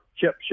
chip